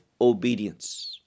obedience